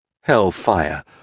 Hellfire